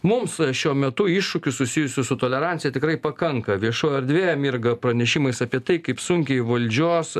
mums šiuo metu iššūkių susijusių su tolerancija tikrai pakanka viešoji erdvė mirga pranešimais apie tai kaip sunkiai valdžios